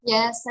Yes